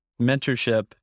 mentorship